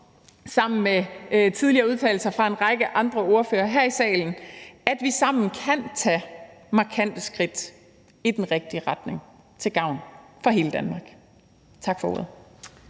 til de tidligere udtalelser fra en række andre ordførere her i salen – en forhåbning om, at vi sammen kan tage markante skridt i den rigtige retning til gavn for hele Danmark. Tak for ordet.